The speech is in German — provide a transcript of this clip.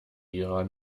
ihrer